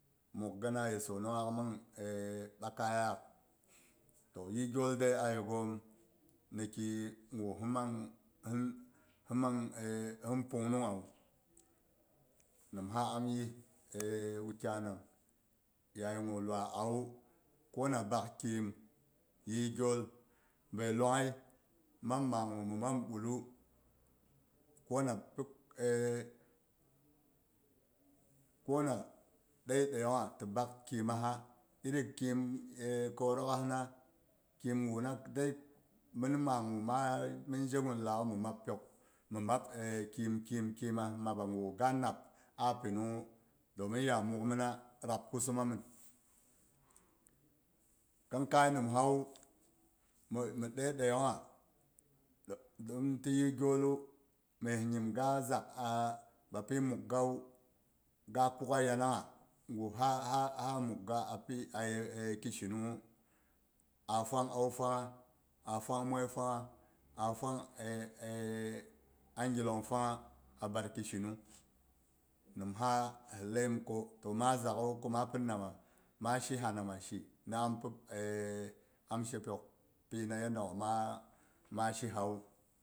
Mughina ye sonong hak mang ɓakayak to yih gyol dai a ye ghom ni ki gu himmang, himmang hin pungnung ha wu nimha am yih wukyai nang yayi gu luwai awu ko na bak kyim yi gyol bai luwangyeh mang magu min nang ɓullu kona pi ko na ɗai ɗayang ha ti bak kyima ha iri kyim kho dokhas na kyim guna dei mhim maigu ma mhin jigunla mi map pyok mhi mab kyim kyim kyimas mabba pang gu ga nab a pinung hu doming ya mugh mina, rab- kussuma mhin. Khinkai nimsawu mhi mhi 3ai3aiyang ha don ti yih gholtu mes nyim ga zaka a bapi muggawu ga kukha yanangha gu ha ha a mugga api a aye ki shinunghu a fuwan au fuwang ha a fuwang moi fuwang ha a fuwang angilong fuwangha a bar ki shinung nimha hi laiyim ko ta ma zaghu ko ma pin nama ma shi na ha nama shi ni am kub am shi pyok pi yanda gu na shi nawu.